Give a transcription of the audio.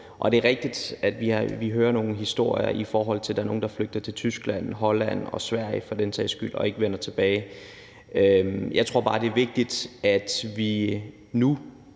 på. Det er rigtigt, at vi hører nogle historier om, at der er nogle, der flygter til Tyskland, Holland og for den sags skyld Sverige og ikke vender tilbage. Jeg tror bare, det er vigtigt, at vi nu